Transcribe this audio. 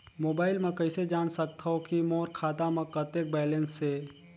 Mobile म कइसे जान सकथव कि मोर खाता म कतेक बैलेंस से?